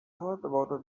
translation